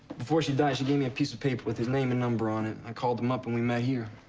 before she died, she gave me a piece of paper with his name and number on it. i called him up, and we met here.